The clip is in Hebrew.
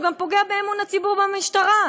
זה גם פוגע באמון הציבור במשטרה,